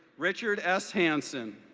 richard s. hanson.